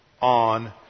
On